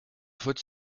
faute